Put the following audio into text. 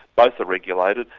both are regulated,